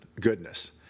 goodness